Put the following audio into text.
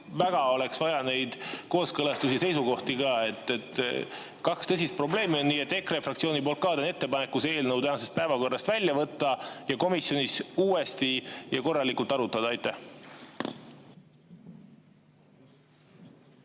väga oleks vaja neid kooskõlastusi ja seisukohti. Kaks tõsist probleemi on. Nii et EKRE fraktsiooni nimel ka teen ettepaneku see eelnõu täna päevakorrast välja võtta, et komisjonis uuesti ja korralikult arutada. Aitäh!